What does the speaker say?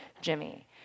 Jimmy